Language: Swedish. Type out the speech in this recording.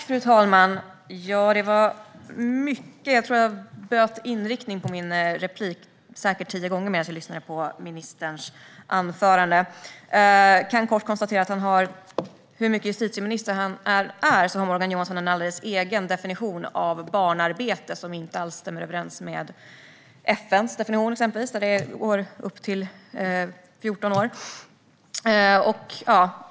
Fru talman! Det var mycket som sas här. Jag tror att jag bytte inriktning på min replik tio gånger medan jag lyssnade på ministerns anförande. Jag kan kort konstatera att hur mycket justitieminister han än är har Morgan Johansson en alldeles egen definition av barnarbete som inte alls stämmer överens med exempelvis FN:s definition där gränsen går vid 14 år.